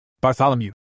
Bartholomew